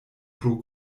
pro